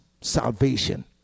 salvation